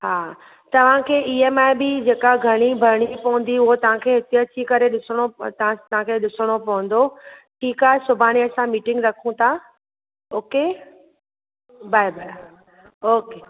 हा तव्हां खे ईएमआई बि जेका घणी भरणी पवंदी उहो तव्हां खे हिते अची करे ॾिसणो तव्हां खे ॾिसणो पवंदो ठीक आहे सुभाणे असां मीटिंग रखूं था ओके बाय बाय ओके